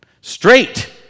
straight